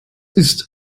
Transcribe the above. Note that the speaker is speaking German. ist